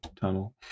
tunnel